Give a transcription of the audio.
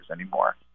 anymore